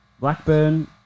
Blackburn